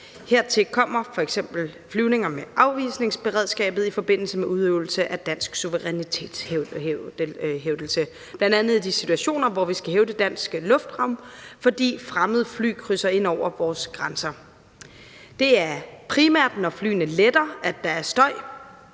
Hertil kommer f.eks. flyvninger med afvisningsberedskabet i forbindelse med udøvelse af dansk suverænitetshævdelse, bl.a. i de situationer, hvor vi skal hævde dansk luftrum, fordi fremmede fly krydser ind over vores grænser. Det er primært, når flyene letter, at der er støj.